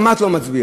גם את לא מצביעה.